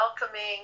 welcoming